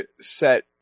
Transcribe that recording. set